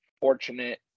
fortunate